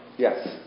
Yes